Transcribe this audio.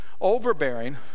overbearing